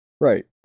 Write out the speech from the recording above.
Right